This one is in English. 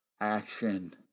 action